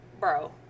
bro